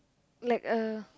like a